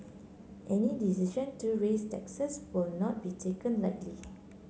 any decision to raise taxes will not be taken lightly